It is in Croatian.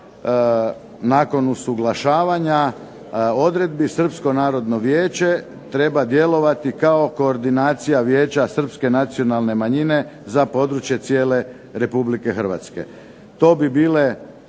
nakon usuglašavanja odredbi Srpsko narodno vijeće treba djelovati kao koordinacija vijeća Srpske nacionalne manjine za područje cijele Republike Hrvatske.